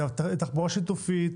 בתחבורה שיתופית,